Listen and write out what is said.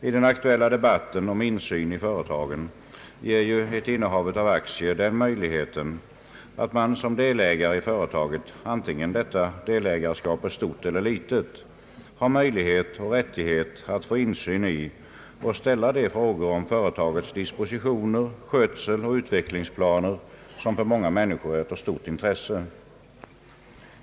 I den aktuella debatten om insyn i företagen kan sägas att ett innehav av aktier medför att man som delägare i företaget, antingen detta delägarskap är stort eller litet, har möjlighet och rättighet att få insyn i och ställa de frågor om företagets dispositioner, skötsel och utvecklingsplaner som för många människor är av stort intresse.